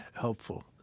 helpful